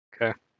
okay